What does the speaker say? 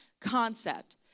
concept